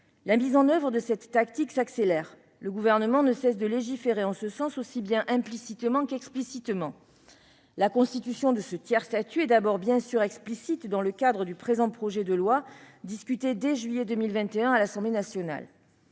La mise en oeuvre de cette tactique s'accélère. Le Gouvernement ne cesse de faire légiférer en ce sens, aussi bien implicitement qu'explicitement. La constitution de ce tiers-statut est d'abord bien sûr explicite dans le cadre du présent projet de loi, discuté dès juillet 2021 à l'Assemblée nationale.